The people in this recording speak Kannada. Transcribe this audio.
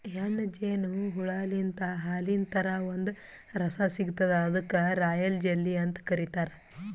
ಹೆಣ್ಣ್ ಜೇನು ಹುಳಾಲಿಂತ್ ಹಾಲಿನ್ ಥರಾ ಒಂದ್ ರಸ ಸಿಗ್ತದ್ ಅದಕ್ಕ್ ರಾಯಲ್ ಜೆಲ್ಲಿ ಅಂತ್ ಕರಿತಾರ್